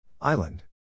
Island